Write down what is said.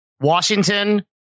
Washington